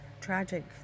tragic